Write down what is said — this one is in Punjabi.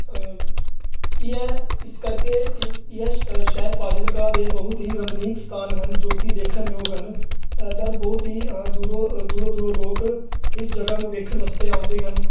ਇਹ ਇਸ ਕਰਕੇ ਇਹ ਸ਼ਹਿਰ ਫ਼ਾਜ਼ਿਲਕਾ ਦੇ ਬਹੁਤ ਹੀ ਰਮਨੀਕ ਸਥਾਨ ਹਨ ਜੋ ਕਿ ਦੇਖਣ ਯੋਗ ਹਨ ਦਰ ਬਹੁਤ ਹੀ ਦੂਰੋਂ ਦੂਰੋਂ ਦੂਰੋਂ ਲੋਕ ਇਸ ਜਗ੍ਹਾ ਨੂੰ ਵੇਖਣ ਵਾਸਤੇ ਆਉਂਦੇ ਹਨ